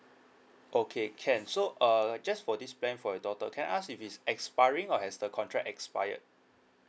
okay can so err just for this plan for your daughter can I ask if it's expiring or has the contract expired